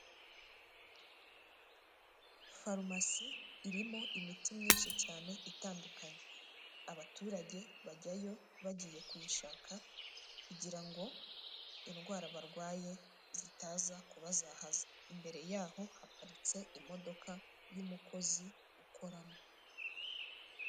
Farumasi irimo imiti myinshi cyane itandukanye, abaturage bajyayo bagiye kuyishaka kugira ngo indwara barwaye zitaza kubazahaza, imbere yaho haparitse imodoka y'umukozi ukoramo.